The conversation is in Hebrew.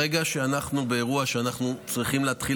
ברגע שאנחנו באירוע שבו אנחנו צריכים להתחיל